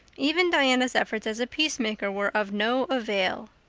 even diana's efforts as a peacemaker were of no avail.